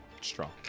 strong